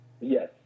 Yes